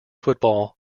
football